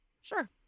sure